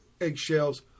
Eggshells